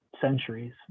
centuries